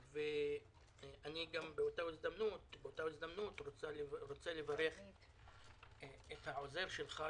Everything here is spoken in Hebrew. אני גם באותה הזדמנות רוצה לברך את העוזר שלך,